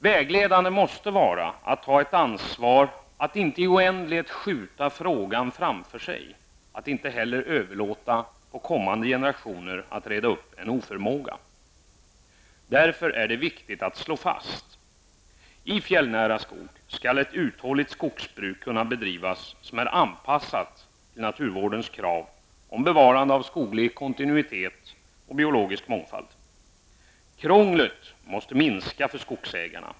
Vägledande måste vara att ta ett ansvar, att inte i oändlighet skjuta frågan framför sig och inte heller att överlåta på kommande generationer att reda upp en oförmåga. Därför är det viktigt att slå fast: Krånglet måste minska för skogsägarna.